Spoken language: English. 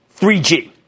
3G